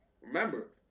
Remember